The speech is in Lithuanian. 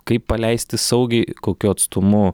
kaip paleisti saugiai kokiu atstumu